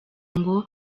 ngo